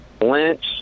Lynch